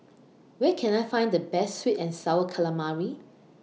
Where Can I Find The Best Sweet and Sour Calamari